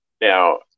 now